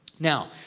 Now